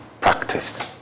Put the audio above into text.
practice